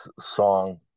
song